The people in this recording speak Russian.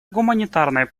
гуманитарной